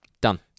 done